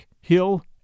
Hill